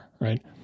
right